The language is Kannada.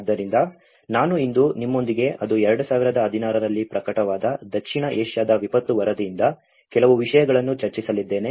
ಆದ್ದರಿಂದ ನಾನು ಇಂದು ನಿಮ್ಮೊಂದಿಗೆ ಅದು 2016 ರಲ್ಲಿ ಪ್ರಕಟವಾದ ದಕ್ಷಿಣ ಏಷ್ಯಾದ ವಿಪತ್ತು ವರದಿಯಿಂದ ಕೆಲವು ವಿಷಯಗಳನ್ನು ಚರ್ಚಿಸಲಿದ್ದೇನೆ